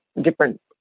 different